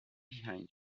behind